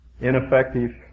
ineffective